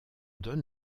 donne